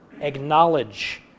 acknowledge